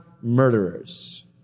murderers